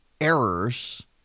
errors